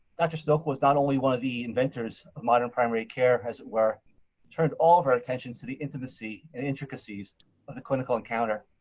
dr. stoeckle was not only one of the inventors of modern primary care, as it were, but turned all of our attention to the intimacy and intricacies of the clinical encounter.